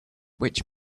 which